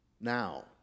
now